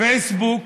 פייסבוק